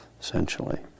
essentially